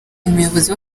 umuyobozi